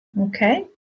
Okay